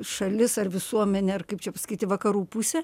šalis ar visuomenė ar kaip čia pasakyti vakarų pusė